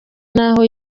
n’aho